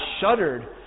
shuddered